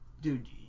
Dude